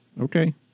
Okay